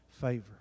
favor